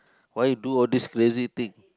why you do all this crazy thing